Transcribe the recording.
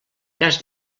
cas